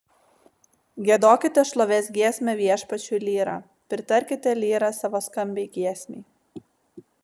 giedokite šlovės giesmę viešpačiui lyra pritarkite lyra savo skambiai giesmei